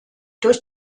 durch